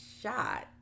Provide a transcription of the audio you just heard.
shot